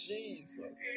Jesus